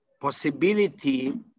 possibility